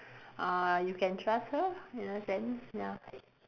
uh you can trust her in a sense ya